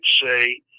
say